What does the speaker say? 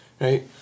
Right